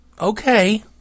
okay